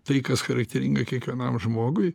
tai kas charakteringa kiekvienam žmogui